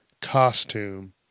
costume